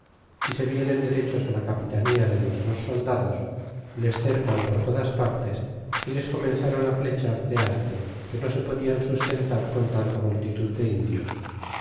y se vienen derechos la capitanía de nuestros soldados y les cercan por todas partes y les comenzaron á flechar de arte que no se podian sustentar con tanta multitud de indios